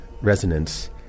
resonance